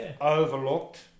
overlooked